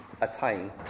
attain